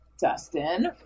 Dustin